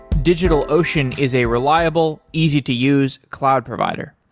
digitalocean is a reliable, easy to use cloud provider.